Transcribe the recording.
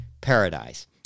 Paradise